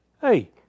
Hey